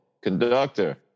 conductor